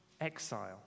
exile